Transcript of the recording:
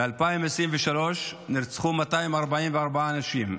ב-2023 נרצחו 244 אנשים.